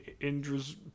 Indra's